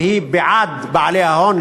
והיא בעד בעלי ההון.